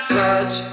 touch